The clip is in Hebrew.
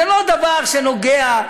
זה לא דבר שנוגע,